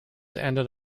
ended